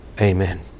Amen